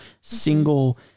single